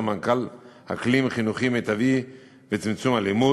מנכ"ל "אקלים חינוכי מיטבי וצמצום אלימות",